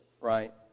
right